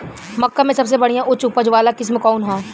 मक्का में सबसे बढ़िया उच्च उपज वाला किस्म कौन ह?